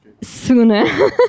sooner